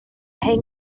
hen